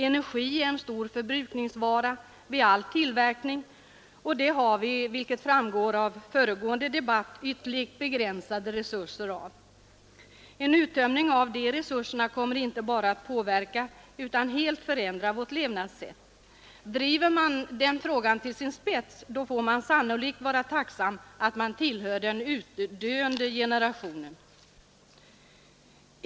Energi är en stor förbrukningsvara vid all tillverkning, och energi har vi, vilket framgått av föregående debatt, ytterligt begränsade resurser av. En uttömning av de resurerna kommer att inte bara påverka utan helt förändra vårt levnadssätt. Driver man den frågan till sin spets, får man sannolikt vara tacksam för att man tillhör den utdöende generationen.